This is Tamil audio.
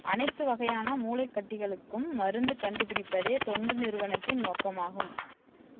அனைத்து வகையான மூளை கட்டிகளுக்கும் மருந்து கண்டுபிடிப்பதே தொண்டு நிறுவனத்தின் நோக்கமாகும்